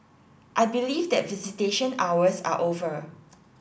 I believe that visitation hours are over